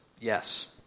yes